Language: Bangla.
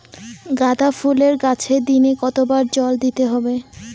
গাদা ফুলের গাছে দিনে কতবার জল দিতে হবে?